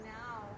now